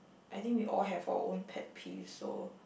I think we all have our own pet peeve so